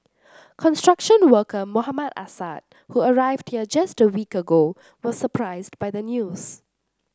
construction worker Mohammad Assad who arrived here just a week ago was surprised by the news